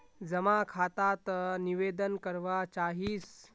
जमा खाता त निवेदन करवा चाहीस?